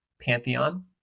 pantheon